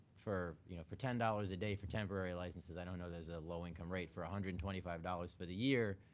for you know for ten dollars a day for temporary licenses, i don't know there's a low income rate. for one hundred and twenty five dollars for the year,